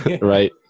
Right